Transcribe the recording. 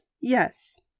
yes